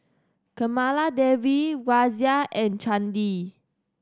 Kamaladevi Razia and Chandi